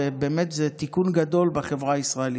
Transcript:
ובאמת זה תיקון גדול בחברה הישראלית.